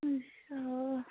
अच्छा